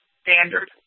standard